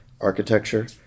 architecture